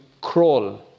crawl